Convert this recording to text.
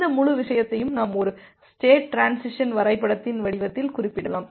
இந்த முழு விஷயத்தையும் நாம் ஒரு ஸ்டேட் டிரான்சிசன் வரைபடத்தின் வடிவத்தில் குறிப்பிடலாம்